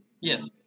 Yes